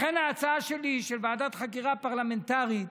לכן ההצעה שלי לוועדת חקירה פרלמנטרית